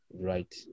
Right